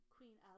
Queen